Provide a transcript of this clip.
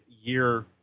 year